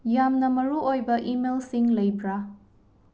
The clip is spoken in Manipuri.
ꯌꯥꯝꯅ ꯃꯔꯨꯑꯣꯏꯕ ꯏꯃꯦꯜꯁꯤꯡ ꯂꯩꯕꯔ